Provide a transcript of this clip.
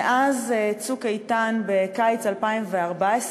מאז "צוק איתן" בקיץ 2014,